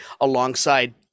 alongside